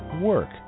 work